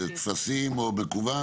זאת אומרת, בטפסים או מקוון?